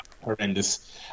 Horrendous